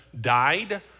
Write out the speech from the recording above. died